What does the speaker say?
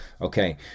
okay